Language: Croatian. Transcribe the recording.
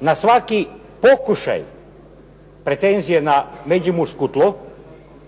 na svaki pokušaj pretenzije na međimursko tlo.